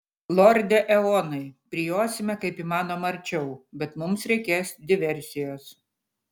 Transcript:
lorde eonai prijosime kaip įmanoma arčiau bet mums reikės diversijos